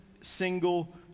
single